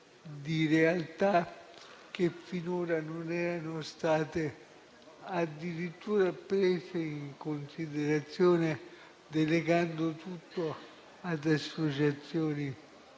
di realtà che finora non sono state addirittura prese in considerazione, delegando tutto ad associazioni